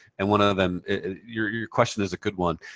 and one of them your your question is a good one.